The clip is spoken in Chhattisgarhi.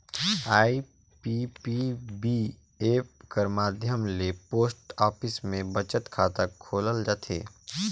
आई.पी.पी.बी ऐप कर माध्यम ले पोस्ट ऑफिस में बचत खाता खोलल जाथे